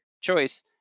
choice